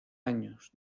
años